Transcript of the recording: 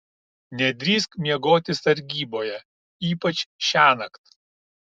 nedrįsk miegoti sargyboje ypač šiąnakt